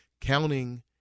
counting